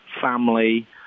family